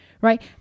Right